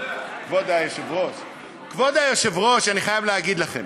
כבוד היושב-ראש, אני חייב להגיד לכם,